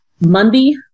Monday